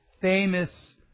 famous